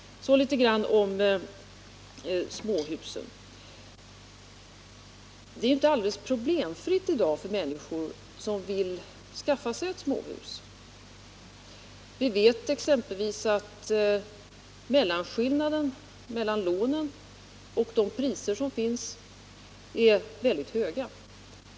Så något om småhusen. Det är ju inte alldeles problemfritt i dag för människor att skaffa sig ett småhus. Vi vet exempelvis att skillnaden mellan lånen och det begärda priset är väldigt stor.